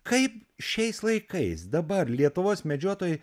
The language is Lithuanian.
kaip šiais laikais dabar lietuvos medžiotojai